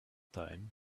time